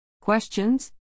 Questions